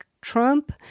Trump